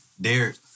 Derek